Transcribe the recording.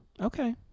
okay